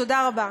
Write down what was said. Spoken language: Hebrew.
תודה רבה.